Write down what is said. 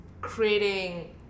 creating